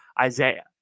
Isaiah